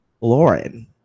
Lauren